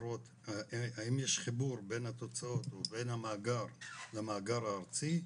האם יש חיבור בין התוצאות ובין המאגר למאגר הארצי.